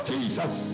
Jesus